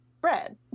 bread